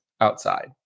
outside